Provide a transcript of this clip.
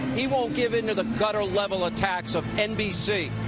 he won't give into the gutter level attacks of nbc.